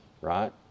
right